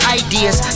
ideas